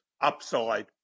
upside